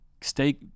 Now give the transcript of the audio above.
stay